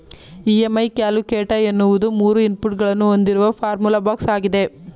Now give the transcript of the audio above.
EMI calculator ಎನ್ನುವುದು ಮೂರು input ಗಳನ್ನು ಹೊಂದಿರುವ ಫಾರ್ಮುಲಾ ಬಾಕ್ಸ್ ಆಗಿದೆ